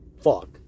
Fuck